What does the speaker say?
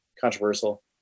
controversial